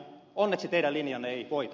onneksi teidän linjanne ei voita